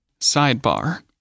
Sidebar